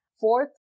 Fourth